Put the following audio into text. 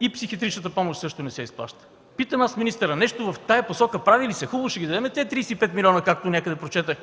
и психиатричната помощ също не се изплаща. Питам аз министъра: нещо в тази посока прави ли се? Хубаво, ще Ви дадем тези 35 милиона, както някъде прочетох,